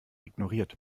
ignoriert